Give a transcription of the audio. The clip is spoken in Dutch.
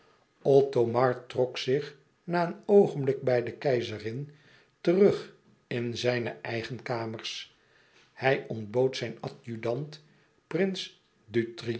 othomar trok zich na een oogenblik bij de keizerin terug in zijn eigen kamers hij ontbood zijn adjudant prins